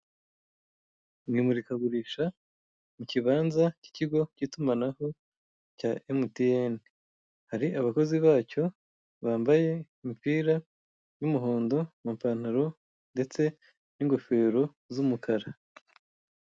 iri murikagurisha mu kibanza k'ikigo k'itumanaho cya MTN hari abakozi bacyo bambaye imipira y'umuhondo amapantalo ndetse n'ingofero z'umukara